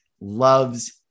loves